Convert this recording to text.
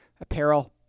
apparel